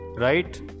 right